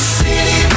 city